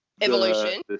evolution